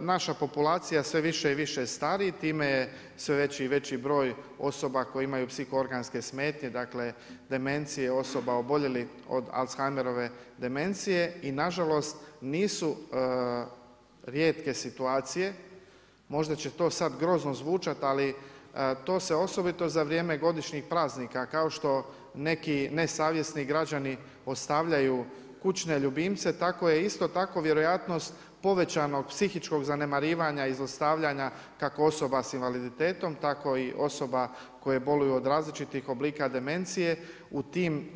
Naša populacija sve više i više stari, time je sve veći i veći broj osoba koje imaju psiho-organske smetnje dakle demencije osoba oboljelih od Alzheimerove demencije i nažalost nisu rijetke situacije, možda će to sad grozno zvučati ali to se osobito za vrijeme godišnjih praznika, kao što neki nesavjesni građani ostavljaju kućne ljubimce, isto tako vjerojatnost povećanog psihičkog zanemarivanja i zlostavljanja kako osoba sa invaliditetom tako i osoba koje boluju od različitih demencije u tim